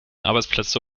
arbeitsplätze